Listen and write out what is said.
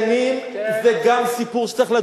בבתי-דין הרבניים לא שירתו בצבא.